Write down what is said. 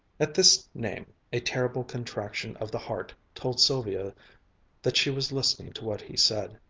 at this name, a terrible contraction of the heart told sylvia that she was listening to what he said.